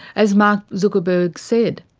as mark zuckerberg said,